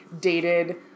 dated